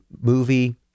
movie